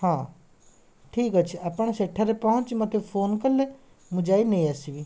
ହଁ ଠିକ୍ ଅଛି ଆପଣ ସେଠାରେ ପହଞ୍ଚି ମୋତେ ଫୋନ୍ କଲେ ମୁଁ ଯାଇ ନେଇଆସିବି